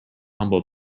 humble